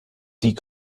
die